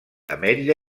ametlla